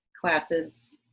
classes